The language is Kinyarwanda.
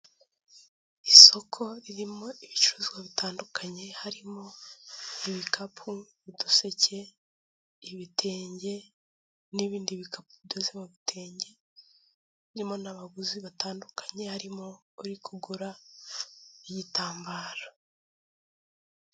Isoko ririmo ibicuruzwa bitandukanye harimo ibikapu,, uduseke ibitenge n'ibindi bikapu bidoze mu bitenge harimo n'abaguzi batandukanye harimo uri kugura igitambaro.